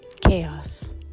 Chaos